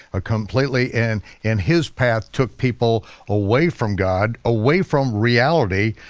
completely and and his path took people away from god, away from reality,